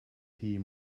tea